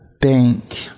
bank